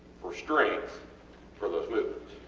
for strength for those movements?